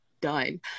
done